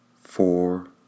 Four